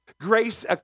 Grace